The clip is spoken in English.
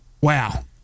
Wow